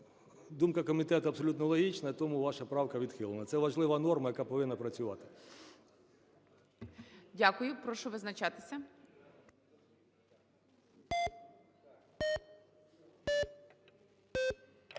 думка комітету абсолютно логічна, тому ваша правка відхилена. Це важлива норма, яка повинна працювати. ГОЛОВУЮЧИЙ. Дякую. Прошу визначатися.